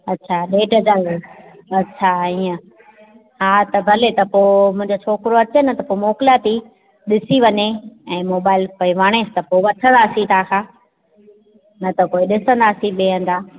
अच्छा ॾेढ हज़ार अच्छा ईअं हा त भले त पोइ मुंहिंजो छोकिरो अचे न त पोइ मोकिलियां थी ॾिसी वञे ऐं मोबाइल भई वणे थो वठंदासीं तव्हांखां न त पोइ ॾिसंदासीं ॿिए हंधि आ